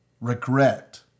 regret